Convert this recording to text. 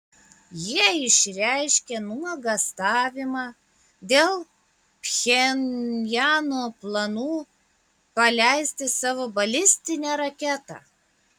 jie išreiškė nuogąstavimą dėl pchenjano planų paleisti savo balistinę raketą